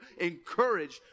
encouraged